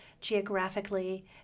geographically